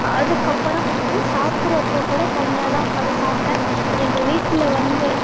அதுக்கப்புறம் வந்து சாப்பிட்றப்ப கூட தனியாக தான் உட்காந்து சாப்பிட்டேன் எங்கள் வீட்டில் வந்த